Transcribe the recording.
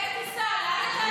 לאיזו טיסה?